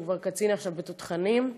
שהוא כבר קצין בתותחנים עכשיו.